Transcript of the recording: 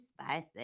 spicy